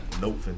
nope